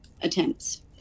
attempts